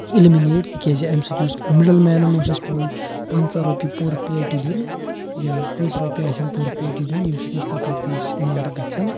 eliminate تکیازِ اَمہِ سۭتۍ یُس مِڈل مینَن اوس اَسہِ پٮ۪وان پَنژاہ رۄپیہِ پٔر پیٹہِ دیُن یا کٔژ رۄپیہ آسن پٔر پیٹہِ دیُن ییٚمہِ سۭتۍ أسۍ تَپٲرۍ تہِ ٲسۍ مارٕ گَژھان